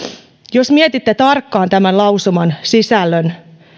jos mietitte tarkkaan tämän lausuman sisältöä